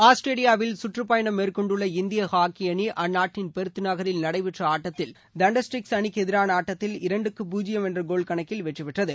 ஆஸ்திரேலியாவில் சுற்றுப்பயணம் மேற்கொண்டுள்ள இந்திய ஹாக்கி அணி அந்நாட்டின் பெர்த் நகரில் நடைபெற்ற ஆட்டத்தில் தண்டர்ஸ்டிக்ஸ் அணிக்கு எதிரான ஆட்டத்தில் இரண்டுக்கு பூஜ்யம் என்ற கோல் கணக்கில் வெற்றி பெற்றது